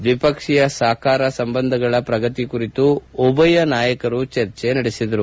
ದ್ವಿಪಕ್ಷೀಯ ಸಹಕಾರ ಸಂಬಂಧಗಳ ಪ್ರಗತಿಯ ಕುರಿತು ಉಭಯ ನಾಯಕರು ಚರ್ಚೆ ನಡೆಸಿದರು